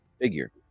figure